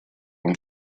вам